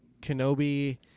kenobi